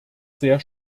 sehr